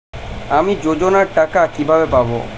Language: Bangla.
আমি যোজনার টাকা কিভাবে পাবো?